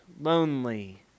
lonely